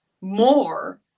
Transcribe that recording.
more